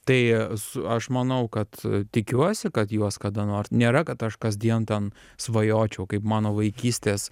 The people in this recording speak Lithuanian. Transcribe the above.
tai su aš manau kad tikiuosi kad juos kada nors nėra kad aš kasdien ten svajočiau kaip mano vaikystės